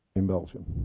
in belgium.